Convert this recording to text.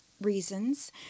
reasons